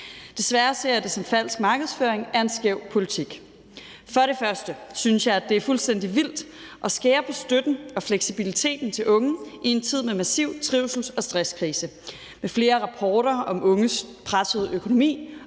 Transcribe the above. Desværre ser jeg det som falsk markedsføring af en skæv politik. For det første synes jeg, at det er fuldstændig vildt at skære i støtten til og fleksibiliteten for unge i en tid med massiv trivsels- og stresskrise, hvor der er flere rapporter om unges pressede økonomi